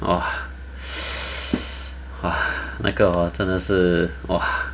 !wah! !wah! 那个 hor 真的 !wah!